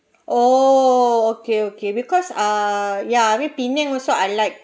oh okay okay because uh ya I mean penang also I like